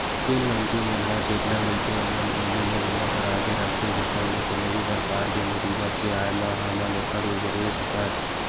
जेन मनखे मन ह चेतलग रहिथे ओमन पहिली ले बीमा करा के रखथे जेखर ले कोनो भी परकार के मुसीबत के आय म हमन ओखर उबरे सकन